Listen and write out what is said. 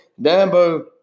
Dambo